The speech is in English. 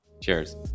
cheers